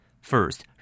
First